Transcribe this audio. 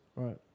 Right